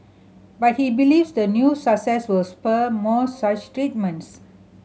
but he believes the new success will spur more such treatments